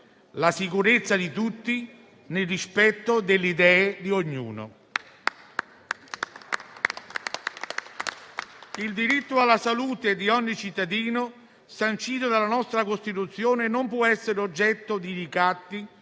la sicurezza di tutti nel rispetto delle idee di ognuno. Il diritto alla salute di ogni cittadino sancito dalla nostra Costituzione non può essere oggetto di ricatti,